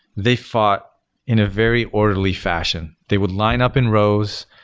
they fought in a very orderly fashion. they would line up in rows.